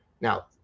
Now